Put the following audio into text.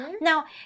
Now